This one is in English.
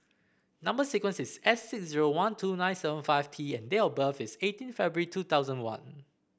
number sequence is S six zero one two nine seven five T and date of birth is eighteen February two thousand one